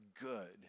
good